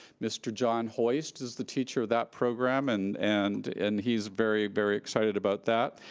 mr. john hoist is the teacher of that program and and and he's very, very excited about that.